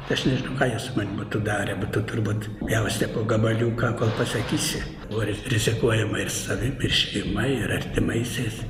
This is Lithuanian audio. tai aš nežinau ką jie su manim būtų darę būtų turbūt pjaustę po gabaliuką kol pasakysi buvo rizikuojama ir savim ir šeima ir artimaisiais